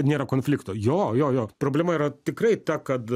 nėra konflikto jo jo jo problema yra tikrai ta kad